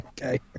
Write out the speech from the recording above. Okay